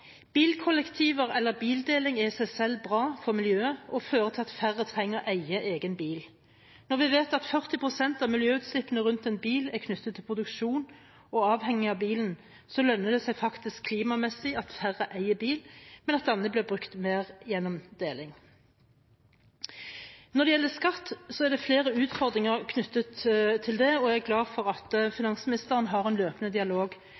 Bilkollektiver eller bildeling er i seg selv bra for miljøet og fører til at færre trenger å eie sin egen bil. Når vi vet at 40 pst. av miljøutslippene rundt en bil er knyttet til produksjon og avhending av bilen, lønner det seg faktisk klimamessig at færre eier bil, og at denne blir brukt mer gjennom deling. Når det gjelder skatt, er det flere utfordringer knyttet til det. Jeg er glad for at finansministeren har en løpende dialog